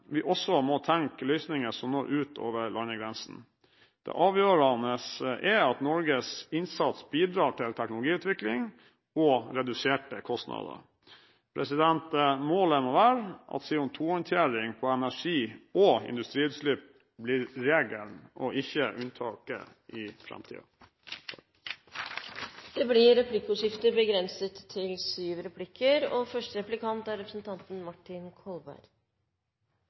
vi også må tenke løsninger som når ut over landegrensene. Det avgjørende er at Norges innsats bidrar til teknologiutvikling og reduserte kostnader. Målet må være at CO2-håndtering ved energi- og industriutslipp blir regelen og ikke unntaket i framtiden. Det blir replikkordskifte. Statsråden sa i sitt innlegg at teknologien har vist seg vanskeligere og